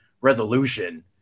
resolution